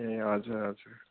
ए हजुर हजुर